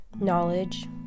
knowledge